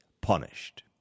punished